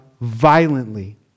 violently